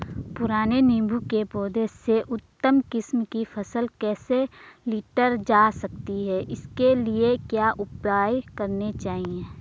पुराने नीबूं के पौधें से उन्नत किस्म की फसल कैसे लीटर जा सकती है इसके लिए क्या उपाय करने चाहिए?